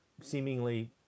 seemingly